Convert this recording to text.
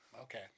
Okay